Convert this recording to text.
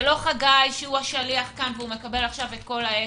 זה לא חגי, שהוא השליח כאן ומקבל את כול האש.